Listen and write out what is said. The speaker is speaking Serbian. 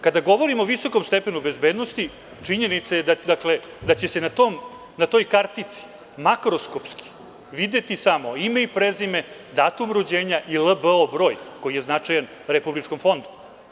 Kada govorimo o visokom stepenu bezbednosti, činjenica je dakle da će se na toj kartici makroskopski videti samo ime i prezime, datum rođenja i LBO broj koji je značajan Republičkom fondu.